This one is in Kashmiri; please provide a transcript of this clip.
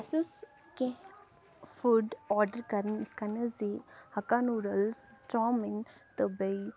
اَسہِ اوس کیٚنٛہہ فُڈ آرڈر کَرُن یِتھ کَن زِ ہکا نوٗڈٕلز چامِن تہٕ بیٚیہِ